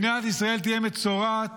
מדינת ישראל תהיה מצורעת,